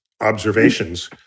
observations